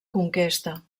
conquesta